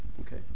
okay